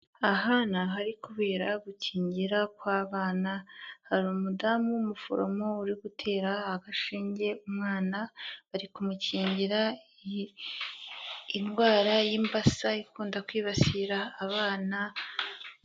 Aha ni ahari kubera gukingira kw'abana, hari umudamu w'umuforomo uri gutera agashinge umwana, ari kumukingira indwara y'imbasa ikunda kwibasira abana.